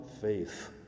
faith